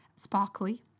sparkly